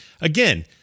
again